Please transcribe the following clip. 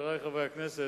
חברי חברי הכנסת,